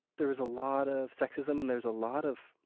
there is a lot of sexism. and there's a lot of